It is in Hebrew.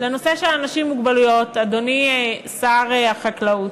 בנושא של אנשים עם מוגבלות, אדוני שר החקלאות,